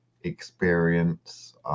experience